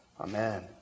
Amen